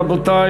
רבותי,